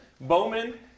Bowman